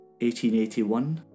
1881